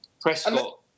Prescott